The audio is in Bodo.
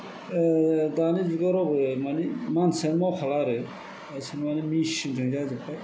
दानि जुगाव रावबो माने मानसियानो मावखाला आरो गासिबो माने मेचिन जों जाजोबबाय